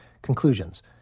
Conclusions